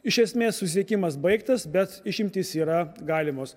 iš esmės susisiekimas baigtas bet išimtys yra galimos